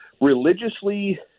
religiously